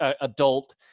adult